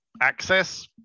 Access